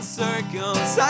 circles